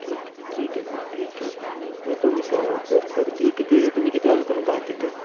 ठीक ठीक आहे सर ठीक आहे येतो मी स तर सर ती किती तुम्ही किती वाजेपर्यंत आहात तिथे